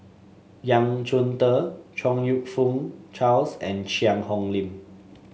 Yang Chunde Chong You Fook Charles and Cheang Hong Lim